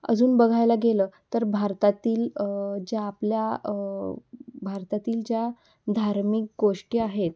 अजून बघायला गेलं तर भारतातील ज्या आपल्या भारतातील ज्या धार्मिक गोष्टी आहेत